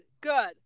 good